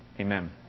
amen